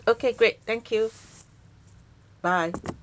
okay great thank you bye